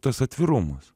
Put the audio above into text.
tas atvirumas